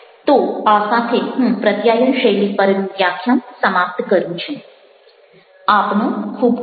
તો આ સાથે હું પ્રત્યાયન શૈલી પરનું વ્યાખ્યાન સમાપ્ત કરું છું